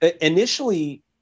initially